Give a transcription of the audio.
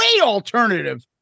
alternative